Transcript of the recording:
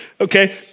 Okay